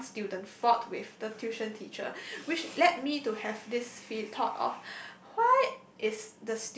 one student fought with the tuition teacher which led me to have this feel thought of why is